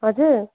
हजुर